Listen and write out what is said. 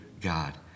God